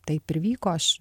taip ir vyko aš